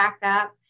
backup